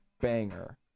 banger